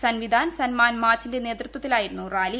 സൻവിദാൻ സൻമാൻ മാച്ചിന്റെ നേതൃത്വത്തിലായിരുന്നു റാലി